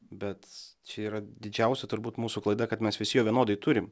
bet čia yra didžiausia turbūt mūsų klaida kad mes visi jo vienodai turim